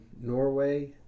Norway